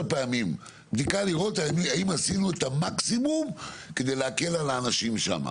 פעמים בדיקה לראות האם עשינו את המקסימום כדי להקל על האנשים שם.